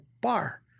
bar